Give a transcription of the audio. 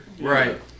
Right